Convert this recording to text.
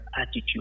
attitude